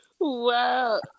Wow